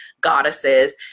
goddesses